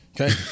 okay